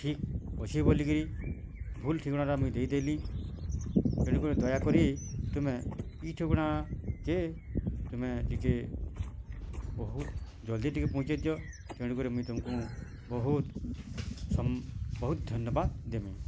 ଠିକ୍ ଅଛି ବୋଲି କିରି ଭୁଲ୍ ଠିକଣାଟା ମୁଇଁ ଦେଇ ଦେଲି ତେଣୁ କରି ଦୟାକରି ତୁମେ ଇ ଠିକଣା କେ ତୁମେ ଟିକେ ବହୁତ ଜଲ୍ଦି ଟିକେ ପହଞ୍ଚେଇ ଦିଅ ତେଣୁ କରି ମୁଇ ତମକୁ ବହୁତ ସମ୍ ବହୁତ୍ ଧନ୍ୟବାଦ ଦେମିଁ